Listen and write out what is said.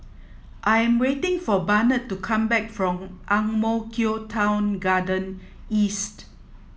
I am waiting for Barnett to come back from Ang Mo Kio Town Garden East